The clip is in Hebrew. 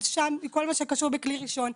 כל מה שקשור בכלי ראשון,